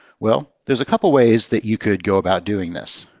well, there's a couple of ways that you could go about doing this.